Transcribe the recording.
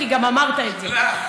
כי גם אמרת את זה.